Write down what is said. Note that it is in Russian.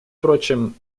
впрочем